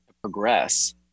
progress